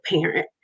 parent